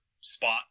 spot